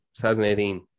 2018